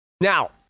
Now